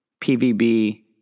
PVB